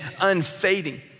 unfading